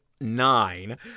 nine